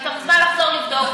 ואתה מוזמן לחזור לבדוק.